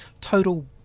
total